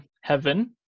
heaven